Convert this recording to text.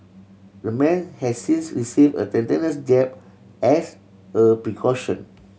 the man has since receive a tetanus jab as a precaution